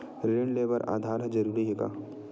ऋण ले बर आधार ह जरूरी हे का?